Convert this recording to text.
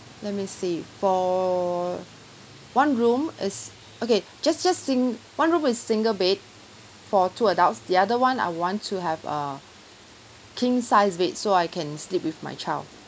let me see for one room is okay just just in one room is single bed for two adults the other one I want to have a king sized bed so I can sleep with my child